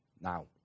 Now